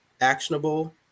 actionable